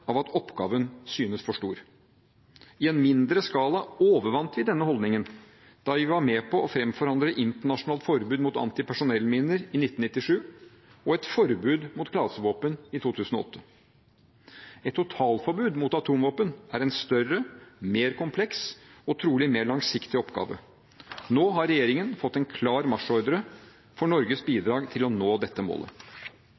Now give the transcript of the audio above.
av at oppgaven synes for stor. I en mindre skala overvant vi denne holdningen da vi var med på å fremforhandle internasjonalt forbud mot antipersonellminer i 1997 og et forbud mot klasevåpen i 2008. Et totalforbud mot atomvåpen er en større, mer kompleks og trolig mer langsiktig oppgave. Nå har regjeringen fått en klar marsjordre for Norges